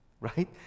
Right